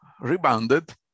rebounded